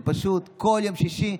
פשוט כל יום שישי,